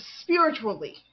spiritually